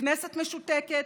כנסת משותקת,